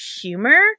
humor